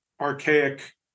archaic